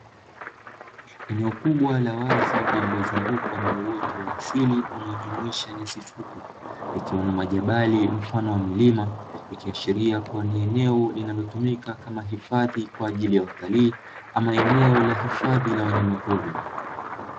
Eneo kubwa la wazi lililozungukwa na uoto wa asili unaojumuisha nyasi fupi likiwa na majabari mfano wa milima, ikiashiria kuwa ni eneo linalotumika kama hifadhi kwa ajili ya watalii ama eneo la hifadhi la wanyama pori.